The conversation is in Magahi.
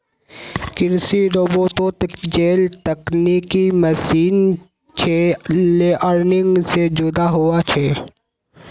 कृषि रोबोतोत जेल तकनिकी मशीन छे लेअर्निंग से जुदा हुआ छे